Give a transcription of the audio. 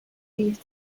leave